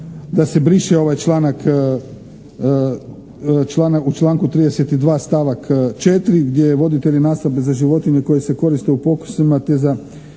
da se briše ovaj članak, u članku 32. stavak 4. gdje voditelji nastambe za životinje koji se koriste u pokusima